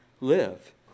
live